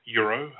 euro